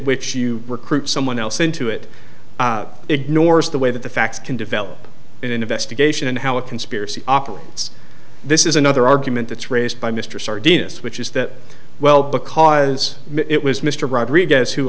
which you recruit someone else into it ignores the way that the facts can develop an investigation into how a conspiracy operates this is another argument that's raised by mr starr dina's which is that well because it was mr rodriguez who